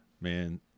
Man